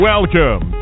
Welcome